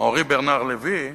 ברנאר אנרי לוי ופינקלקראוט,